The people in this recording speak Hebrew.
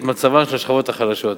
את מצבן של השכבות החלשות.